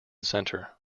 center